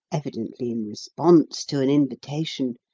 evidently in response to an invitation,